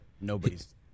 nobody's –